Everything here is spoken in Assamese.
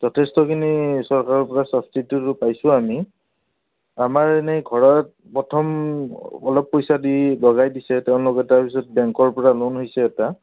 যথেষ্টখিনি চৰকাৰৰ পৰা ছাবচিডিটো পাইছোঁ আমি আমাৰ এনেই ঘৰত প্ৰথম অলপ পইচা দি লগাই দিছে তেওঁলোকে তাৰপিছত বেংকৰ পৰা লোন হৈছে এটা